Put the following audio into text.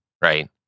right